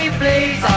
please